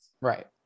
Right